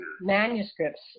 manuscripts